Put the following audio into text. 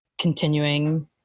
continuing